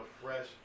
fresh